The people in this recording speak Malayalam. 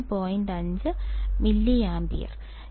5 മില്ലി ആമ്പിയർ ആണ്